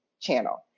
channel